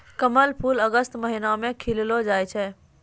कमल फूल अगस्त महीना मे खिललो जाय छै